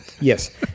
Yes